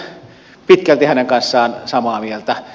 olen pitkälti hänen kanssaan samaa mieltä